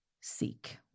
seek